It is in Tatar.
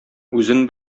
үзен